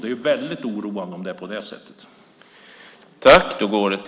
Det är mycket oroande om det är på det sättet.